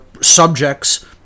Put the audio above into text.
subjects